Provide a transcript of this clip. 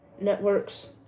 networks